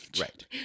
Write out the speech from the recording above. Right